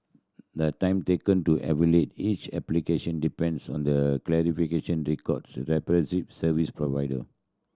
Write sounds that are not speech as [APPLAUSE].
the time taken to evaluate each application depends on the clarification [UNINTELLIGIBLE] service provider